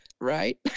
Right